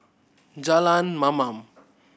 Jalan Mamam